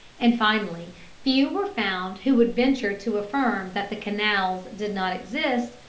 and finally few were found who would venture to affirm that the canals' did not exist,